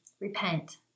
repent